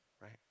right